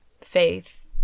faith